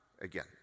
again